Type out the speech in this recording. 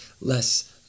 less